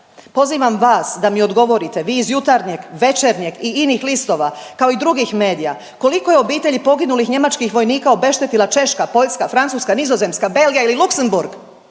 Pozivam vas da mi odgovorite vi iz Jutarnjeg, Večernjeg i inih listova kao i drugih medija, koliko je obitelji poginulih njemačkih vojnika obeštetila Češka, Poljska, Francuska, Nizozemska, Belgija ili Luksemburg?